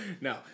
No